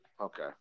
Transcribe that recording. Okay